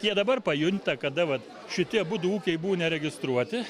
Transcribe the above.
jie dabar pajunta kada vat šitie abudu ūkiai buvo neregistruoti